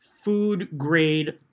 food-grade